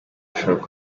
bishobora